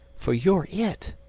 for you're it.